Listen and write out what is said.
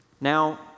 Now